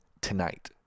tonight